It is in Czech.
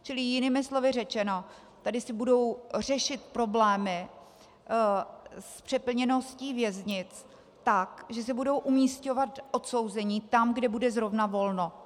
Čili jinými slovy řečeno, tady se budou řešit problémy s přeplněností věznic tak, že se budou umisťovat odsouzení tam, kde bude zrovna volno.